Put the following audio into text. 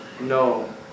No